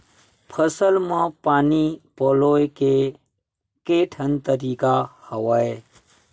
फसल म पानी पलोय के केठन तरीका हवय?